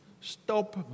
Stop